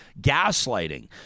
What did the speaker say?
gaslighting